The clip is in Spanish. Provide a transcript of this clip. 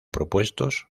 propuestos